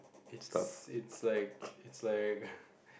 it's it's like it's like